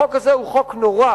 החוק הזה הוא חוק נורא.